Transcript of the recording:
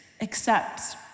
accepts